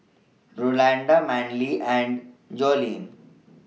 Rolanda Manly and Jolene